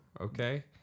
Okay